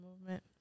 movement